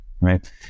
right